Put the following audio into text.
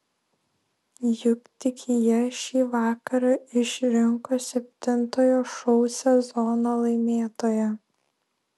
juk tik jie šį vakarą išrinko septintojo šou sezono laimėtoją